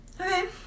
okay